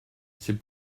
c’est